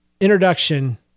introduction